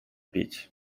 pić